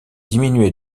diminué